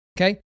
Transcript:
Okay